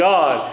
God